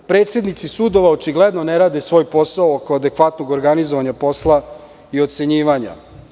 Predsednici sudova očigledno ne rade svoj posao oko adekvatnog organizovanja posla i ocenjivanja.